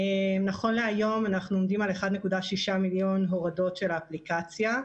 נכון להיום אנחנו עומדים על 1.6 מיליון הורדות של האפליקציה.